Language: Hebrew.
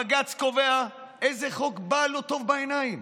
הבג"ץ קובע איזה חוק בא לו טוב בעיניים